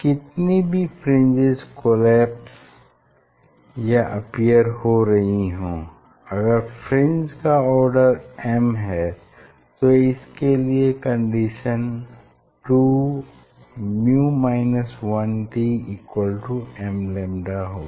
कितनी भी fringes collapse या अपीयर हो रही हों अगर फ्रिंज का आर्डर m है तो इसके लिए कंडीशन 2µ 1t mλ होगी